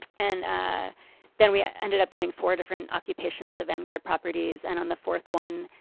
and ah then we ended up doing four different occupations of vanguard properties and on the fourth one,